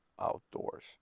outdoors